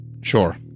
Sure